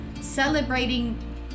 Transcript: celebrating